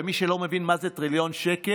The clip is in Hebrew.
ומי שלא מבין מה זה טריליון שקל,